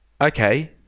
okay